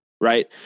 Right